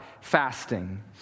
fasting